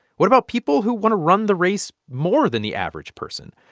what about people who want to run the race more than the average person?